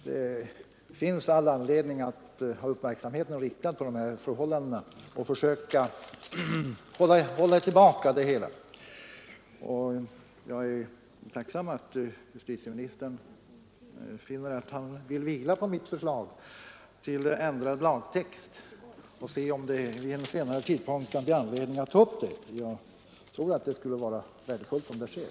Det finns all anledning att ha uppmärksamheten riktad på dessa förhållanden och försöka hålla utvecklingen tillbaka. Jag är tacksam för att justitieministern vill vila på mitt förslag till ändrad lagtext och se om det vid en senare tidpunkt kan bli anledning att ta upp det. Jag tror att det skulle vara värdefullt om så sker.